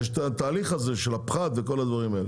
יש את התהליך הזה של הפחת וכל הדברים האלה.